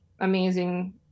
amazing